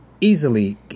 easily